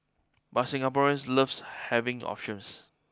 but Singaporeans loves having options